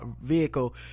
vehicle